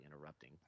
interrupting